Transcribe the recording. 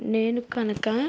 నేను కనుక